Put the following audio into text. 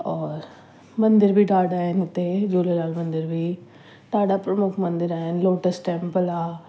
और मंदर बि ॾाढा आहिनि हुते झूलेलाल मंदर बि ॾाढा प्रमुख मंदरु आहिनि लोटस टेंपल आहे